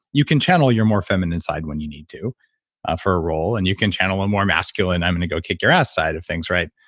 you can channel your more feminine side when you need to ah for a role, and you can channel a more masculine, i'm going to go kick your ass, side of things, right?